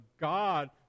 God